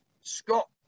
Scott